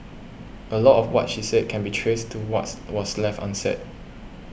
a lot of what she said can be traced to what's was left unsaid